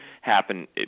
happen